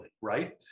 right